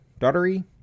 Daughtery